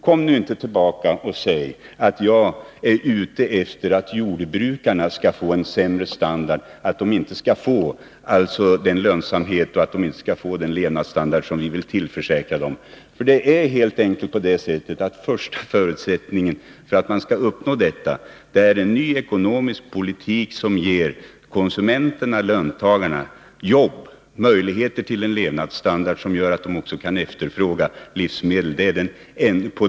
Kom nu inte tillbaka och säg att jag är ute efter att jordbrukarna skall få en sämre standard, att de inte skall få den lönsamhet och den levnadsstandard som vi vill tillförsäkra dem! Det är helt enkelt så, att den första förutsättningen för att man skall uppnå detta är en ny ekonomisk politik, som ger konsumenterna, löntagarna, jobb och därmed möjligheter till en levnadsstandard som gör att de också kan efterfråga livsmedel.